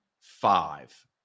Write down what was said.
five